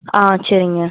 ஆ சரிங்க